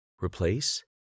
replace